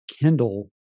Kendall